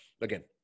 again